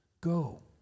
Go